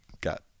got